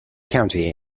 county